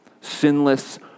sinless